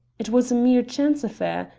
it was a mere chance affair.